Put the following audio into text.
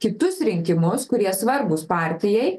kitus rinkimus kurie svarbūs partijai